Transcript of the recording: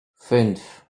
fünf